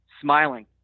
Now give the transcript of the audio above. smiling